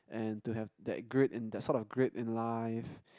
and to have that grade in that sort of grade in life